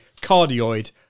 cardioid